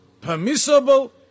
permissible